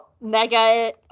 mega